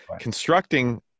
constructing